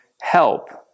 help